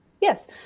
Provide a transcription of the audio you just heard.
Yes